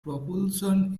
propulsion